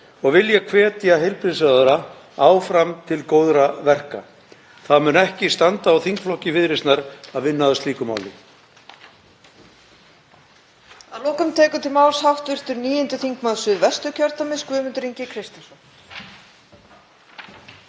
og vil ég hvetja heilbrigðisráðherra áfram til góðra verka. Það mun ekki standa á þingflokki Viðreisnar að vinna að slíku máli.